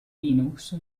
linux